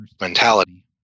mentality